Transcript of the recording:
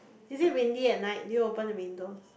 is it windy at night do you open the windows